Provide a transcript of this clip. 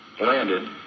landed